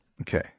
Okay